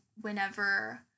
whenever